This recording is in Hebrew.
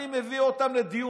אני מביא אותם לדיון,